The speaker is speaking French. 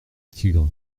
tigre